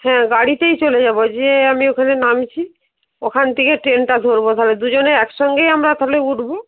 হ্যাঁ গাড়িতেই চলে যাবো যেয়ে আমি ওখানে নামছি ওখান থেকে ট্রেনটা ধরবো ধরে দুজনে এক সঙ্গেই তাহলে আমরা উঠবো